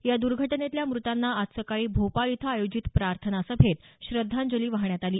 या द्र्घटनेतल्या मृतांना आज सकाळी भोपाळ इथं आयोजित प्रार्थना सभेत श्रद्धांजली वाहण्यात आली